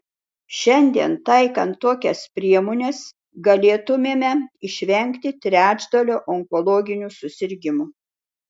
šiandien taikant tokias priemones galėtumėme išvengti trečdalio onkologinių susirgimų